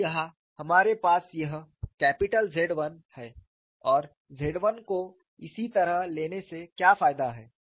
तो यहाँ हमारे पास यह कैपिटल Z 1 है और Z 1 को इस तरह लेने से क्या फायदा है